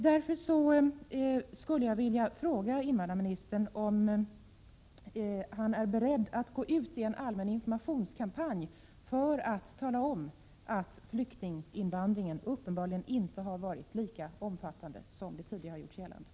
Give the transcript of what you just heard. Jag skulle vilja fråga invandrarministern om han är beredd att gå ut med en allmän informationskampanj för att tala om att flyktinginvandringen uppenbarligen inte har varit lika omfattande som det tidigare har gjorts gällande.